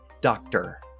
doctor